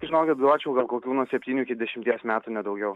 žinokit duočiau gal kokių nuo septynių iki dešimties metų ne daugiau